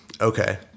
okay